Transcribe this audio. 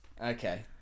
Okay